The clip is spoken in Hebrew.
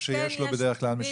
כי אדם שיש לו, בדרך כלל משלם.